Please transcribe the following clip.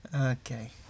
Okay